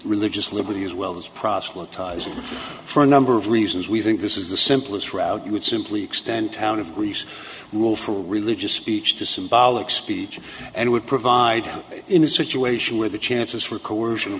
religious liberty as well as proselytizing for a number of reasons we think this is the simplest route you would simply extend town of greece will for religious speech to symbolic speech and would provide in a situation where the chances for coercion